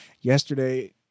Yesterday